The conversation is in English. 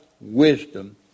wisdom